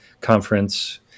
conference